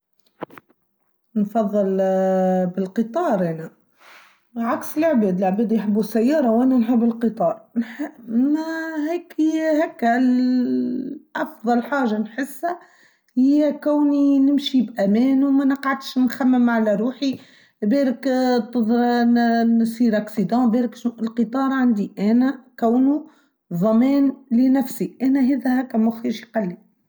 نفضل بالقطار أنا عكس العباد العباد يحبوا السيارة وانا نحب القطار ما هيك هاكا أفضل حاجة نحسها هي كوني نمشي بأمان وما نقعدش نخمم على روحي بيرك تضران نصير أكسيدان بيرك القطار عندي أنا كونه ضمان لنفسي أنا هيذا هكا مخيش قلب.